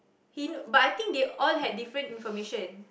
he know but I think they all had different information